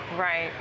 Right